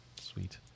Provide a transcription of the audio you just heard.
Sweet